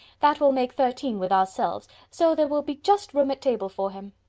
that will make thirteen with ourselves, so there will be just room at table for him.